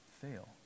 fail